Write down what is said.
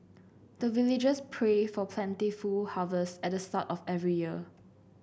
the villagers pray for plentiful harvest at the start of every year